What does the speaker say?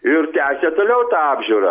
ir tęsė toliau tą apžiūrą